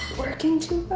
working too